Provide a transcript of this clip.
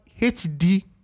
HD